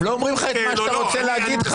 הם לא אומרים לך את מה שאתה רוצה שיאמרו לך.